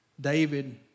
David